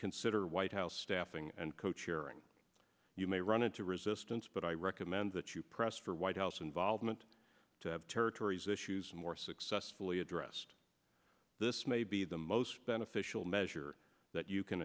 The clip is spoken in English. consider white house staffing and co chairing you may run into resistance but i recommend that you press for white house involvement territories issues more successfully addressed this may be the most beneficial measure that you can